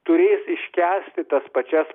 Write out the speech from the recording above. turės iškęsti tas pačias pasekmes